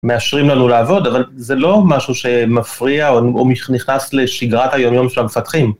מאשרים לנו לעבוד, אבל זה לא משהו שמפריע או נכנס לשגרת היומיום של המפתחים.